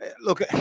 look